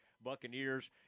Buccaneers